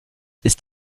ist